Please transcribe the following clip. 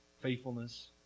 faithfulness